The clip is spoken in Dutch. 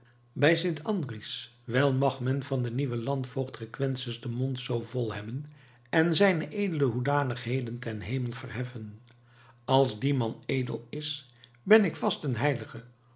bij sint andries wèl mag men van den nieuwen landvoogd requesens den mond zoo vol hebben en zijne edele hoedanigheden ten hemel verheffen als die man edel is ben ik vast een heilige